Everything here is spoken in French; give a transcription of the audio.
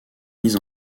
mise